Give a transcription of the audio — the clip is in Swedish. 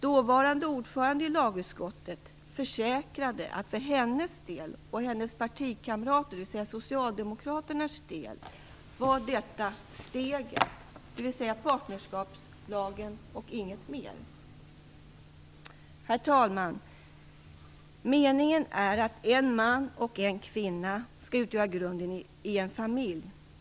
Dåvarande ordföranden i lagutskottet försäkrade att för hennes del och för hennes partikamraters, dvs. socialdemokraternas, del, var detta steget - dvs. det handlade om partnerskapslagen och inget mer. Herr talman! Meningen är att en man och en kvinna skall utgöra grunden i en familj.